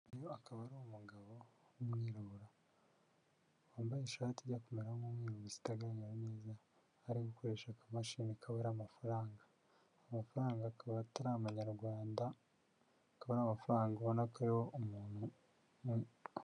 Uyu akaba ari umugabo w'umwirabura wambaye ishati ijya kumera nk'umweru gusa itagaragara neza, aho ari gukoresha akamashini kabara amafaranga, amafaranga akaba atari amanyarwanda, akaba ari amafaranga ubona ko ariho umuntu....